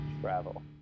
Travel